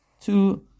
two